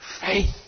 faith